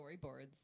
storyboards